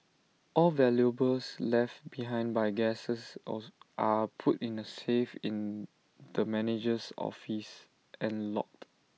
all valuables left behind by guests also are put in A safe in the manager's office and logged